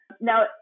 Now